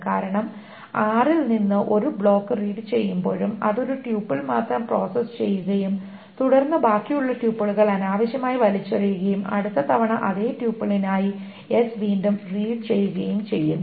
കാരണം r ൽ നിന്ന് ഒരു ബ്ലോക്ക് റീഡ് ചെയ്യുമ്പോഴും അത് ഒരു ട്യൂപ്പിൾ മാത്രം പ്രോസസ്സ് ചെയ്യുകയും തുടർന്ന് ബാക്കിയുള്ള ട്യൂപ്പിളുകൾ അനാവശ്യമായി വലിച്ചെറിയുകയും അടുത്ത തവണ അതേ ട്യൂപ്പിളിനായി s വീണ്ടും റീഡ് ചെയ്യുകയും ചെയ്യുന്നു